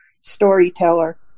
storyteller